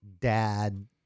dad